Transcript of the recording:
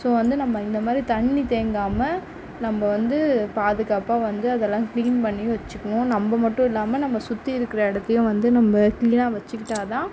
so வந்து நம்ம இந்த மாரி தண்ணி தேங்காமல் நம்ப வந்து பாதுகாப்பாக வந்து அதெல்லாம் க்ளீன் பண்ணி வச்சிக்ணும் நம்ப மட்டும் இல்லாமல் நம்ப சுற்றி இருக்கிற இடத்தையும் வந்து நம்ப க்ளீனாக வச்சிக்கிட்டாதான்